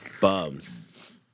Bums